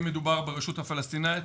אם מדובר ברשות הפלסטינית,